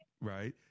Right